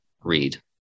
read